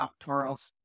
doctorals